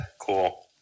Cool